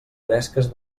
bresques